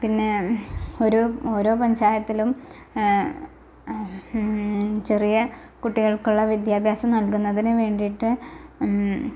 പിന്നെ ഒരു ഓരോ പഞ്ചായത്തിലും ചെറിയ കുട്ടികൾക്കുള്ള വിദ്യാഭ്യാസം നൽകുന്നതിന് വേണ്ടിയിട്ട്